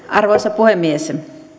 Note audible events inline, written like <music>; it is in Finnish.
<unintelligible> arvoisa puhemies